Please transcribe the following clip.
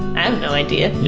and no idea.